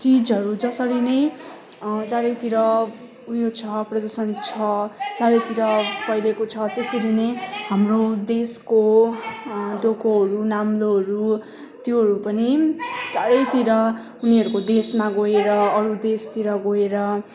चिजहरू जसरी नै चारैतिर उयो छ प्रदर्शन छ चारैतिर फैलिएको छ त्यसरी नै हाम्रो देशको डोकोहरू नाम्लोहरू त्योहरू पनि चारैतिर उनीहरूको देशमा गएर अरू देशतिर गएर